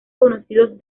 conocidos